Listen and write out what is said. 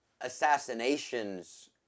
assassinations